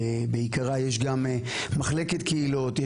שבעיקרה יש גם מחלקת קהילות,